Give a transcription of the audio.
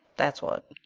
that's what.